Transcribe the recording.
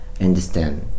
understand